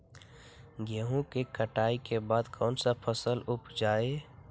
गेंहू के कटाई के बाद कौन सा फसल उप जाए?